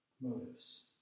motives